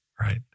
Right